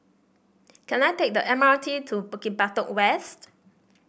can I take the M R T to Bukit Batok West